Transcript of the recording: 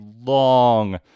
long